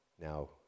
now